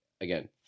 again